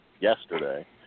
yesterday